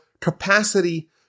capacity